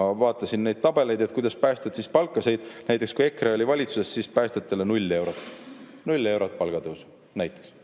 Ma vaatasin neid tabeleid, kuidas päästjad palka said. Näiteks kui EKRE oli valitsuses, siis päästjatele null eurot. Null eurot palgatõus – näiteks.